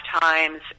times